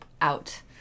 out